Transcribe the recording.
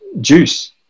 juice